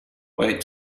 wait